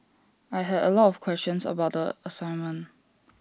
I had A lot of questions about the assignment